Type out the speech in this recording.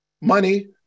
Money